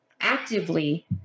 actively